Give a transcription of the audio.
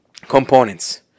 Components